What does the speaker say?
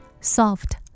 Soft